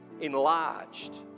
enlarged